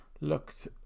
looked